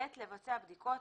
לבצע בדיקות,